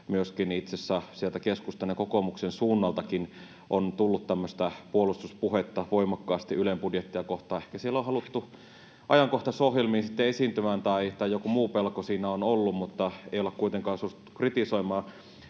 keskustan ja kokoomuksenkin suunnalta on tullut tämmöistä puolustuspuhetta voimakkaasti Ylen budjettia kohtaan. Ehkä siellä on haluttu ajankohtaisohjelmiin esiintymään tai joku muu pelko siinä on ollut, mutta ei olla kuitenkaan suostuttu kritisoimaan.